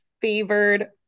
favored